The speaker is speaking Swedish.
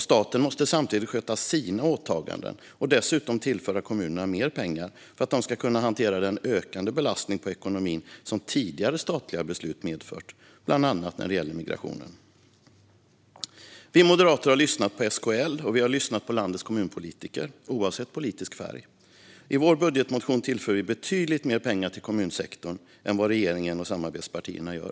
Staten måste samtidigt sköta sina åtaganden och dessutom tillföra kommunerna mer pengar för att de ska kunna hantera den ökande belastning på ekonomin som tidigare statliga beslut medfört, bland annat när det gäller migrationen. Vi moderater har lyssnat på SKL, och vi har lyssnat på landets kommunpolitiker, oavsett politisk färg. I vår budgetmotion tillför vi betydligt mer pengar till kommunsektorn än vad regeringen och samarbetspartierna gör.